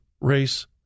race